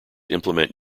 implement